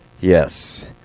Yes